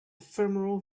ephemeral